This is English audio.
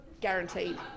Guaranteed